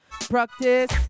practice